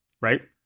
right